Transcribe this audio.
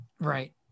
Right